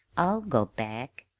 i'll go back.